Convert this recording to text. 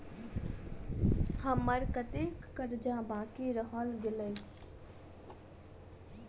हम्मर कत्तेक कर्जा बाकी रहल गेलइ?